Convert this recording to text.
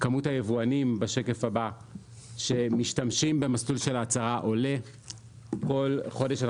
כמות היבואנים שמשתמשים במסלול של הצהרה עולה כל חודש.